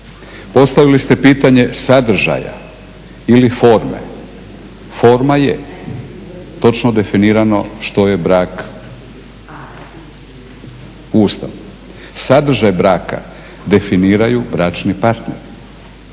Postavili ste pitanje sadržaja ili forme. Forma je točno definirano što je brak u Ustavu. Sadržaj braka definiraju bračni partneri.